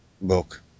book